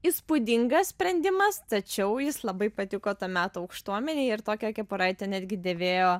įspūdingas sprendimas tačiau jis labai patiko to meto aukštuomenei ir tokią kepuraitę netgi dėvėjo